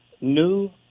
new